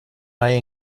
may